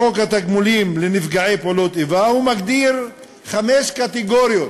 חוק התגמולים לנפגעי פעולות איבה מגדיר חמש קטגוריות